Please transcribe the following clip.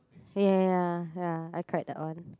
ya ya ya ya I cried that one